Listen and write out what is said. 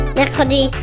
Mercredi